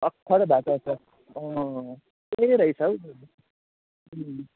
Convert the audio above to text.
अखड भएको छ त्यही ने रहेछ हौ